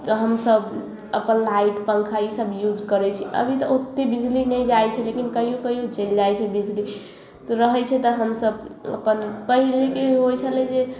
तऽ हमसब अपन लाइट पंखा ई सब यूज करै छी अभी तऽ ओतेक बिजली नहि जाइ छै लेकिन कहियो कहियो चलि जाइ छै बिजली तऽ रहै छै तऽ हमसब अपन पहिले की होइ छलै जे